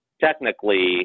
technically